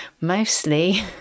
mostly